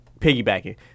piggybacking